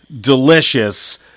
delicious